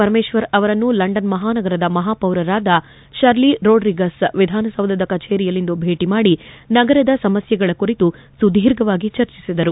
ಪರಮೇಶ್ವರ್ ಅವರನ್ನು ಲಂಡನ್ ಮಹಾನಗರದ ಉಪಮಹಾಪೌರರಾದ ಷರ್ಲಿ ರೋಡ್ರಿಗಸ್ ವಿಧಾನಸೌಧದ ಕಛೇರಿಯಲ್ಲಿಂದು ಭೇಟಿ ಮಾಡಿ ನಗರದ ಸಮಸ್ಥೆಗಳ ಕುರಿತು ಸುದೀರ್ಘವಾಗಿ ಚರ್ಚಿಸಿದರು